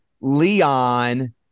Leon